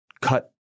cut